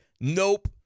Nope